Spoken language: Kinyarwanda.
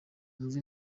umva